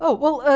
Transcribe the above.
ah well,